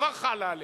כבר חלות עליהם.